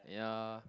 ya